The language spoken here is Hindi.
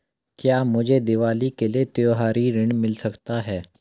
क्या मुझे दीवाली के लिए त्यौहारी ऋण मिल सकता है?